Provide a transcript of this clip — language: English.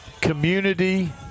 community